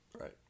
Right